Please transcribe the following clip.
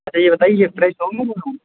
اچھا یہ بتائیے یہ فریش ہوں گے دونوں